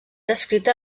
descrita